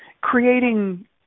creating